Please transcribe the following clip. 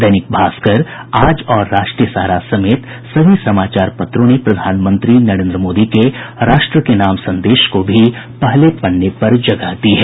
दैनिक भास्कर आज और राष्ट्रीय सहारा समेत सभी समाचार पत्रों ने प्रधानमंत्री नरेन्द्र मोदी के राष्ट्र के नाम संदेश को भी पहले पन्ने पर जगह दी है